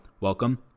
welcome